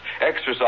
exercise